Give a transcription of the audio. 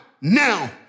now